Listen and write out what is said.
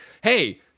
hey